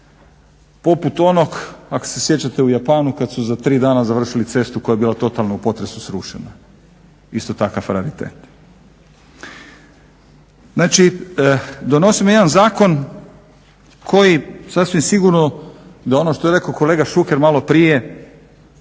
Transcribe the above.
poput onog ako se sjećate u Japanu kada su za tri dana završili cestu koja bila totalno u potresu srušena isto takav raritet. Znači donosimo jedan zakon koji sasvim sigurno da ono što je rekao kolega Šuker malo prije,